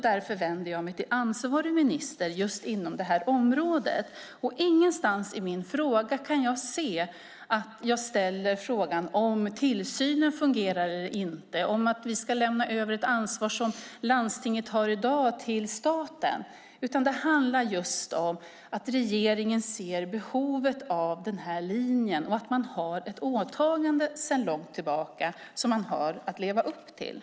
Därför vänder jag mig till ansvarig minister på området. Ingenstans i min interpellation kan jag se att jag ställer frågan om huruvida tillsynen fungerar eller inte och om att vi ska lämna över ett ansvar som landstinget har i dag till staten. Det handlar i stället om att regeringen ser behovet av denna linje och att man har ett åtagande sedan långt tillbaka att leva upp till.